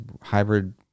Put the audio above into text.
Hybrid